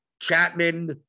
Chapman